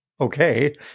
okay